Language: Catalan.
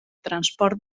transport